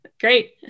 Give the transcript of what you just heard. Great